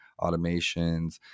automations